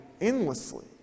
endlessly